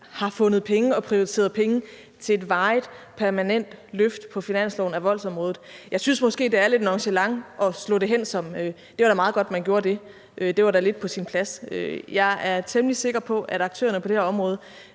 har fundet penge og prioriteret penge til et varigt, permanent løft på finansloven af voldsområdet. Jeg synes måske, det er lidt nonchalant at slå det hen, som om det da var meget godt, at man gjorde det – at det da lidt var på sin plads. Jeg er temmelig sikker på, at aktørerne på det her område